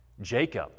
Jacob